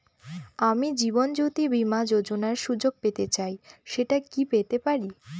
আমি জীবনয্যোতি বীমা যোযোনার সুযোগ পেতে চাই সেটা কি পেতে পারি?